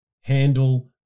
handle